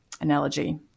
analogy